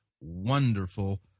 wonderful